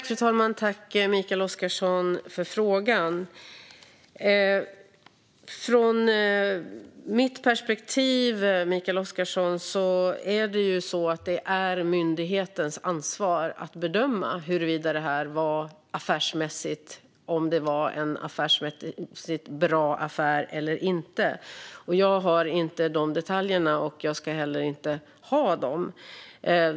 Fru talman! Tack, Mikael Oscarsson, för frågan! Från mitt perspektiv är det myndighetens ansvar att bedöma huruvida detta var en affärsmässigt bra affär eller inte. Jag har inga detaljer om det och ska heller inte ha dem.